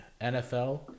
NFL